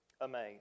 amazed